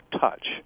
touch